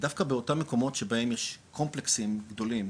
דווקא במקומות שבהם יש קומפלקסים גדולים,